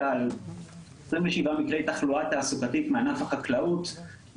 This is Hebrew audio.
על 27 מקרי תחלואה תעסוקתית מענף החקלאות,